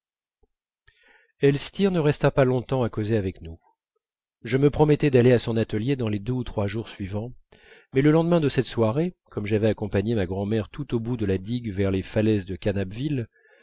elstir ne resta pas longtemps à causer avec nous je me promettais d'aller à son atelier dans les deux ou trois jours suivants mais le lendemain de cette soirée comme j'avais accompagné ma grand'mère tout au bout de la digue vers les falaises de